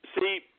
see